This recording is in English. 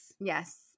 Yes